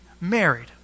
married